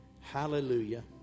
Hallelujah